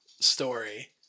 story